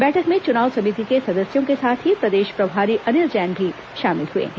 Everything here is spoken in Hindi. बैठक में चुनाव समिति के सदस्यों के साथ ही प्रदेश प्रभारी अनिल जैन भी शामिल हुए हैं